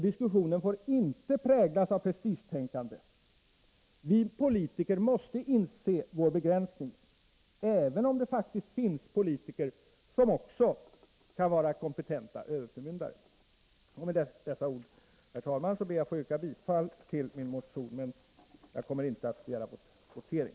Diskussionen får inte präglas av prestigetänkande. Vi politiker måste inse vår begränsning, även om det faktiskt finns politiker som också kan vara kompetenta överförmyndare. Med dessa ord, herr talman, ber jag att få yrka bifall till min motion. Jag kommer inte att begära votering.